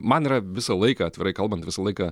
man yra visą laiką atvirai kalbant visą laiką